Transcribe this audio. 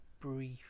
brief